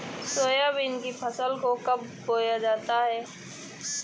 Soybean की फसल को कब बोया जाता है?